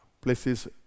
places